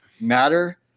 matter